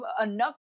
enough